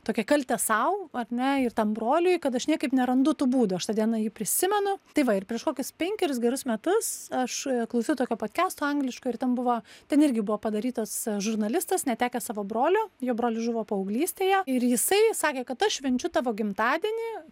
tokią kaltę sau ar ne ir tam broliui kad aš niekaip nerandu tų būdų aš tą dieną jį prisimenu tai va ir prieš kokius penkerius gerus metus aš klausiu tokio podkesto angliško ir ten buvo ten irgi buvo padarytas žurnalistas netekęs savo brolio jo brolis žuvo paauglystėje ir jisai sakė kad aš švenčiu tavo gimtadienį